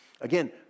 Again